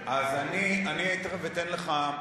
אז אני תיכף אתן לך,